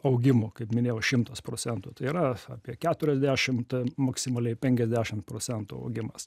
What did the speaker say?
augimų kaip minėjau šimtas procentų tai yra apie keturiasdešimt maksimaliai penkiasdešim procentų augimas